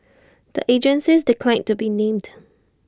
the agencies declined to be named